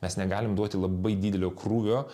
mes negalim duoti labai didelio krūvio